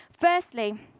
Firstly